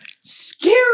scary